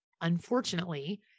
unfortunately